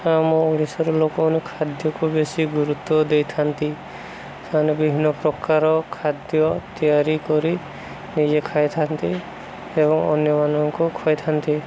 ଆମ ଓଡ଼ିଶାର ଲୋକମାନେ ଖାଦ୍ୟକୁ ବେଶୀ ଗୁରୁତ୍ୱ ଦେଇଥାନ୍ତି ସେମାନେ ବିଭିନ୍ନ ପ୍ରକାର ଖାଦ୍ୟ ତିଆରି କରି ନିଜେ ଖାଇଥାନ୍ତି ଏବଂ ଅନ୍ୟମାନଙ୍କୁ ଖୋଇଥାନ୍ତି